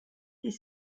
est